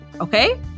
okay